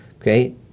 okay